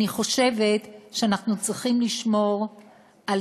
אני חושבת שאנחנו צריכים לשמור על